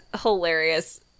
hilarious